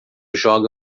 joga